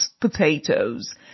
Potatoes